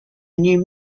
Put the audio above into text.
new